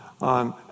on